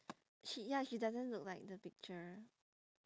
she ya she doesn't look like the picture